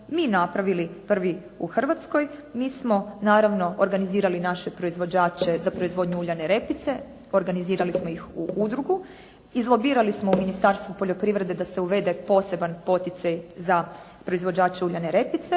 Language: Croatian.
mi napravili prvi u Hrvatskoj. Mi smo naravno organizirali naše proizvođače za proizvodnju uljane repice, organizirali smo ih u udrugu, izlobirali smo u Ministarstvu poljoprivrede da se uvede poseban poticaj za proizvođača uljane repice,